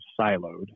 siloed